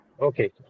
Okay